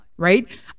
Right